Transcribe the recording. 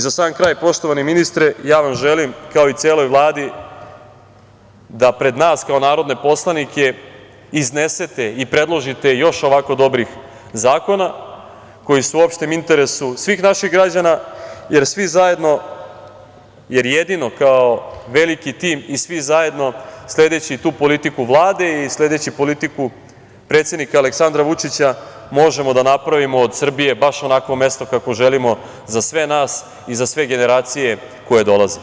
Za sam kraj, poštovani ministre, ja vam želim, kao i celoj Vladi, da pred nas kao narodne poslanike iznesete i predložite još ovako dobrih zakona, koji su u opštem interesu svih naših građana, jer jedino kao veliki tim i svi zajedno, sledeći tu politiku Vlade i sledeći politiku predsednika Aleksandra Vučića možemo da napravimo od Srbije baš onakvo mesto kakvo želimo za sve nas i za sve generacije koje dolaze.